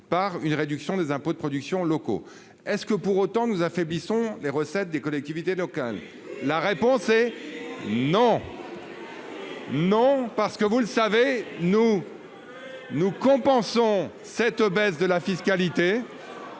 par une réduction des impôts de production locaux. Est-ce que, pour autant, nous affaiblissons les recettes des collectivités locales ? La réponse est non ! C'est faux ! Non, parce que, vous le savez, nous compensons cette baisse de la fiscalité